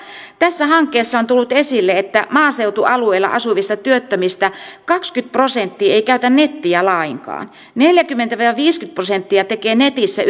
tässä hankkeessa on tullut esille että maaseutualueilla asuvista työttömistä kaksikymmentä prosenttia ei käytä nettiä lainkaan neljäkymmentä viiva viisikymmentä prosenttia tekee netissä